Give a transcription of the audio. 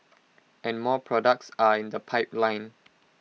and more products are in the pipeline